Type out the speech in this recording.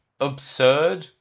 absurd